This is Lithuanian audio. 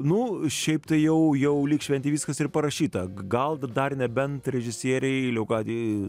nu šiaip tai jau jau lyg šventei viskas ir parašyta gal dar nebent režisierei leokadijai